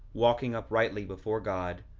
walking uprightly before god,